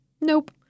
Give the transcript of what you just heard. Nope